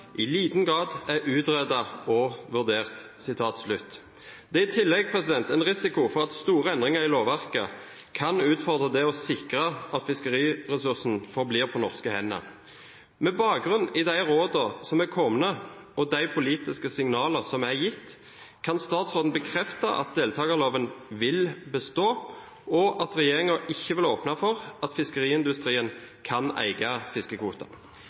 i liten grad er utredet og vurdert». Det er i tillegg en risiko for at store endringer i lovverket kan utfordre det å sikre at fiskeriressursen forblir på norske hender. Med bakgrunn i de rådene som har kommet, og de politiske signalene som er gitt, kan statsråden bekrefte at deltakerloven vil bestå og at regjeringen ikke vil åpne for at fiskeriindustrien kan eie